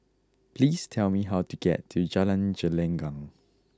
please tell me how to get to Jalan Gelenggang